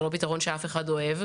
זה לא פתרון שאף אחד אוהב.